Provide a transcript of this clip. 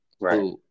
right